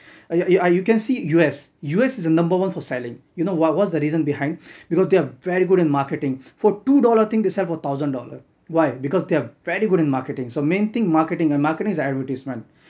ah ah you can see U_S U_S is the number one for selling you know what what's the reason behind because they're very good in marketing for two dollar thing they sell for a thousand dollar why because they are very good in marketing so main thing marketing and marketing is advertisement